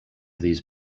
these